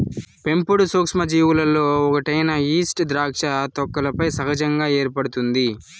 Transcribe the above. పెంపుడు సూక్ష్మజీవులలో ఒకటైన ఈస్ట్ ద్రాక్ష తొక్కలపై సహజంగా ఏర్పడుతుంది